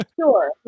Sure